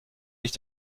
sich